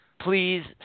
please